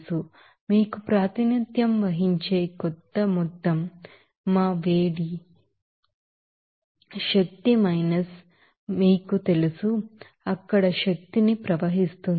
నికర ఎనర్జీ మీకు ప్రాతినిధ్యం వహించే కొంత మొత్తం మా హీట్ ఎనర్జీ మైనస్ మీకు తెలుసు అక్కడ ఎనర్జీని ప్రవహిస్తుంది